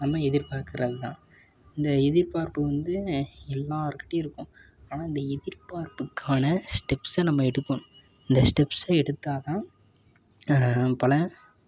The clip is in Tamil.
நம்ம எதிர் பார்க்குறது தான் இந்த எதிர்பார்ப்பு வந்து எல்லார்கிட்டயும் இருக்கும் ஆனால் இந்த எதிர்பார்ப்புக்கான ஸ்டெப்ஸில் நம்ம எடுக்கணும் இந்த ஸ்டெப்ஸை எடுத்தால் தான் பல